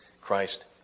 Christ